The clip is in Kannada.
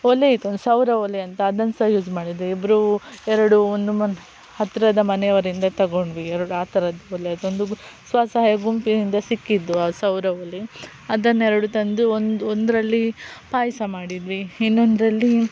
ಒಲೆ ಇತ್ತು ಒಂದು ಸೌರ ಒಲೆ ಅಂತ ಅದನ್ನು ಸಹ ಯೂಸ್ ಮಾಡಿದ್ವಿ ಇಬ್ಬರೂ ಎರಡು ಒಂದು ಮನೆ ಹತ್ತಿರದ ಮನೆಯವರಿಂದ ತಗೊಂಡ್ವಿ ಎರಡು ಆ ಥರದ್ ಒಲೆ ಅದೊಂದು ಸ್ವಸಹಾಯ ಗುಂಪಿನಿಂದ ಸಿಕ್ಕಿದ್ದು ಆ ಸೌರ ಒಲೆ ಅದನ್ನೆರಡು ತಂದು ಒಂದು ಒಂದರಲ್ಲಿ ಪಾಯಸ ಮಾಡಿದ್ವಿ ಇನ್ನೊಂದರಲ್ಲಿ